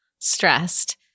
stressed